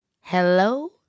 Hello